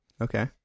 Okay